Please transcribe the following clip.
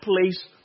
place